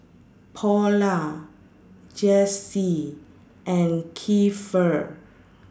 Paula Jessee and Keifer